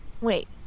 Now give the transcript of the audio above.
Wait